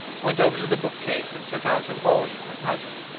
went over to the book-case and took out a volume at hazard.